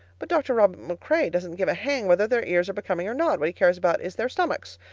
but dr. robin macrae doesn't give a hang whether their ears are becoming or not what he cares about is their stomachs.